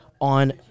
on